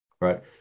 Right